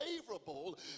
favorable